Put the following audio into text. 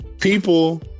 people